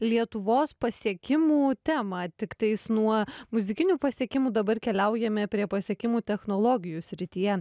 lietuvos pasiekimų temą tiktais nuo muzikinių pasiekimų dabar keliaujame prie pasiekimų technologijų srityje